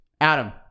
Adam